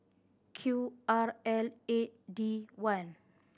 Q R L eight D one